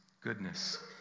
goodness